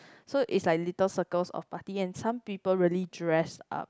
so it's like little circles of party and some people really dress up